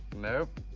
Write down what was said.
nope.